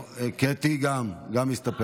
גם קטי מסתפקת.